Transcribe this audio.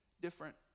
different